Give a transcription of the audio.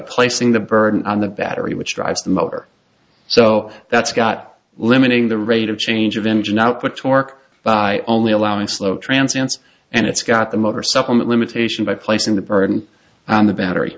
placing the burden on the battery which drives the motor so that's got limiting the rate of change of engine output torque by only allowing slow transients and it's got the motor supplement limitation by placing the burden on the battery